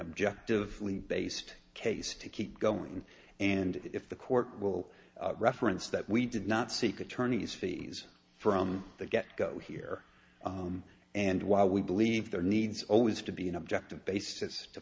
objective based case to keep going and if the court will reference that we did not seek attorneys fees from the get go here and while we believe there needs always to be an objective basis to